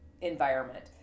environment